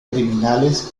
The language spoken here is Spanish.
criminales